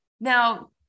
now